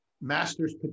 Master's